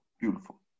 Beautiful